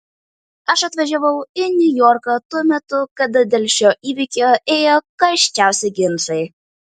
aš atvažiavau į niujorką tuo metu kada dėl šio įvykio ėjo karščiausi ginčai